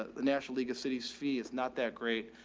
the national league of cities fee is not that great,